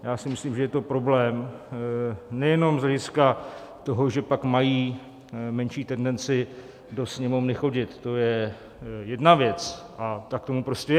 Já si myslím, že je to problém nejenom z hlediska toho, že pak mají menší tendenci do Sněmovny chodit, to je jedna věc a tak tomu prostě je.